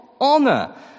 honor